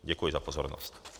Děkuji za pozornost.